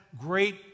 great